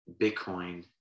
Bitcoin